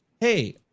hey